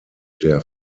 der